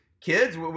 kids